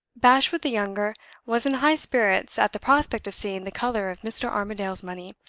bashwood the younger was in high spirits at the prospect of seeing the color of mr. armadale's money.